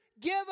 give